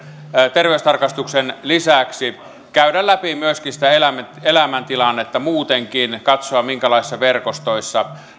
terveystarkastuksen lisäksi käydä läpi myöskin sitä elämäntilannetta muutenkin katsoa minkälaisissa verkostoissa